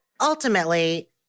ultimately